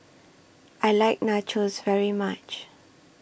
I like Nachos very much